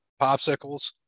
popsicles